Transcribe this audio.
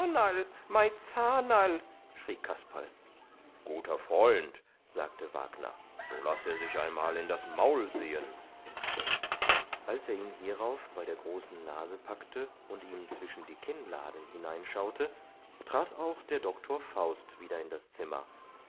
guter freund sagte wagner so laß er sich einmal in das maul sehen als er ihn hierauf bei der großen nase packte und ihm zwischen die kinnladen hineinschaute trat auch der doktor faust wieder in das zimmer